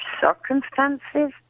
circumstances